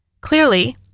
Clearly